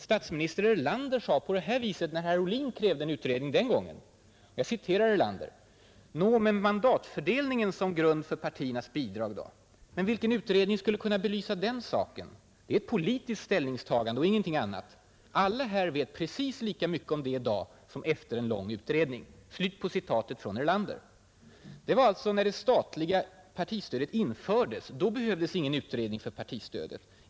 Statsminister Erlander sade, när herr Ohlin den gången krävde en utredning: ”Nå, men mandatfördelningen som grund för partiernas bidrag? ——— Men vilken utredning skulle kunna belysa den saken? Det är ett politiskt ställningstagande och ingenting annat. Alla här vet precis lika mycket i dag som efter en lång utredning.” Detta sades alltså när det statliga partistödet infördes. Då behövdes ingen utredning av partistödet.